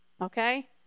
Okay